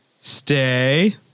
Stay